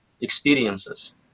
experiences